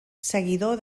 seguidor